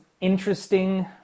interesting